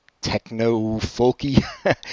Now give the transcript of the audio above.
techno-folky